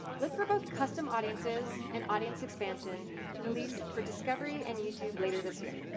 look for both custom audiences and audience expansion to release for discovery and youtube later this year.